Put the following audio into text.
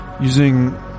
using